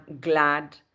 glad